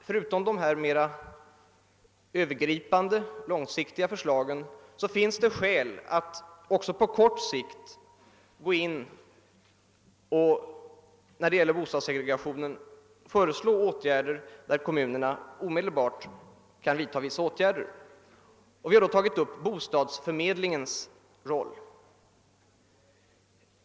Förutom dessa mer övergripande, långsiktiga förslag finns det, menar motionärerna, skäl för kommunerna att på kort sikt vidta åtgärder mot bostadssegregationen. Vi har här tagit upp frågan om bostadsförmedlingarnas roll.